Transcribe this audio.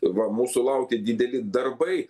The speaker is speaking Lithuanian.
va mūsų laukia dideli darbai